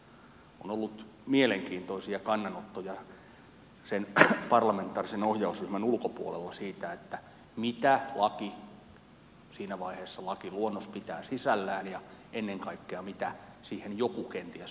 on ollut mielenkiintoisia kannanottoja sen parlamentaarisen ohjausryhmän ulkopuolella siitä mitä laki siinä vaiheessa lakiluonnos pitää sisällään ja ennen kaikkea siitä mitä siihen joku kenties olisi halunnut